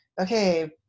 okay